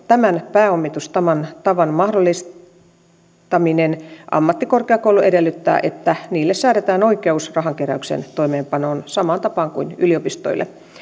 tämän pääomitustavan mahdollistaminen ammattikorkeakouluille edellyttää että niille säädetään oikeus rahankeräyksen toimeenpanoon samaan tapaan kuin yliopistoille